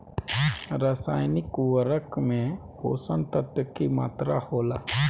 रसायनिक उर्वरक में पोषक तत्व की मात्रा होला?